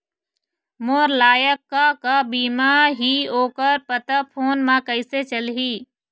मोर लायक का का बीमा ही ओ कर पता फ़ोन म कइसे चलही?